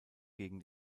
gegen